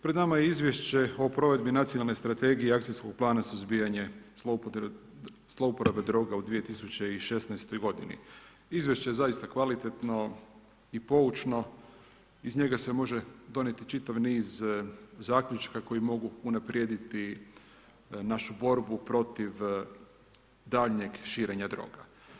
Pred nama je izvješće o provedbi nacionalne strategije i akcijskog plana suzbijanja zlouporabe droga u 2016. g. izvješće je zaista kvalitetno i poučno, iz njega se može donijeti čitav niz zaključka koji mogu unaprijediti našu borbu protiv daljnjeg širenja droga.